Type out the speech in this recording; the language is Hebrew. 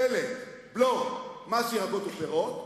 דלק, בלו, מס ירקות ופירות,